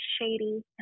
shady